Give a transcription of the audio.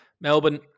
Melbourne